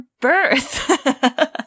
birth